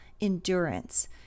endurance